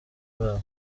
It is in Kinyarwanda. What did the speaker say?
babo